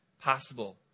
possible